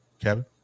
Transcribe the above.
Kevin